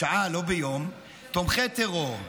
בשעה, לא ביום, "תומכי טרור".